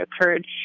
occurred